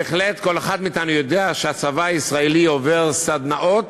בהחלט כל אחד מאתנו יודע שהצבא הישראלי עובר סדנאות